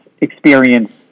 experience